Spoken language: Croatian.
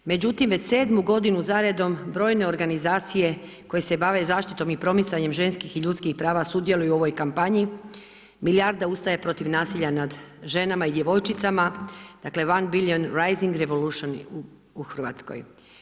Međutim, već 7 godinu za redom brojne organizacije koje se bave zaštitom i promicanjem ženskih i ljudskih prava sudjeluju u ovoj kampanji, milijarda ustaje protiv nasilja nad ženama i djevojčicama dakle one billion rising revolution u Hrvatskoj.